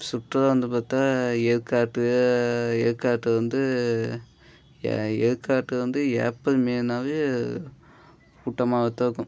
சுற்றுலா வந்து பார்த்தா ஏற்காடு ஏற்காடு வந்து ஏ ஏற்காடு வந்து ஏப்ரல் மேன்னாவே கூட்டமாகவே தான் இருக்கும்